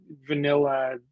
vanilla